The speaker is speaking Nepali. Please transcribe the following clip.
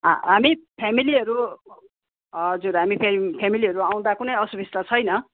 हा हामी फ्यामिलीहरू हजुर हामी फ्या फ्यामिलीहरू आउँदा कुनै असुविस्ता छैन